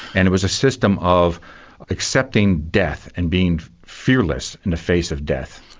and it was a system of accepting death and being fearless in the face of death.